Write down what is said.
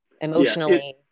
emotionally